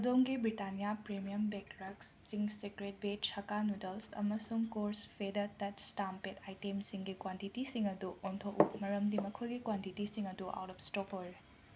ꯑꯗꯣꯝꯒꯤ Britannia premium bake rusk Ching's Secret ꯕꯦꯖ hakka noodles ꯑꯃꯁꯨꯡ ꯀꯣꯔꯁ ꯐꯦꯗ ꯇꯆ ꯁ꯭ꯇꯥꯝ ꯄꯦꯗ ꯑꯥꯏꯇꯦꯝꯁꯤꯡꯒꯤ ꯀ꯭ꯋꯥꯟꯇꯤꯇꯤꯁꯤꯡ ꯑꯗꯨ ꯑꯣꯟꯊꯣꯛꯎ ꯃꯔꯝꯗꯤ ꯃꯈꯣꯏꯒꯤ ꯀ꯭ꯋꯥꯟꯇꯤꯇꯤꯁꯤꯡ ꯑꯗꯨ ꯑꯥꯎꯠ ꯑꯣꯐ ꯁ꯭ꯇ꯭ꯔꯣꯛ ꯑꯣꯏꯔꯦ